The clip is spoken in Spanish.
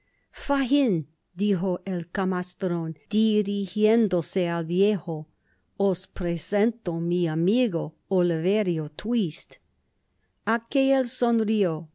dijo el camastrón dirijiéndose al viejo os presento mi amigo oliverio twist aquel sonrió